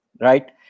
right